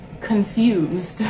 confused